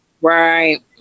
Right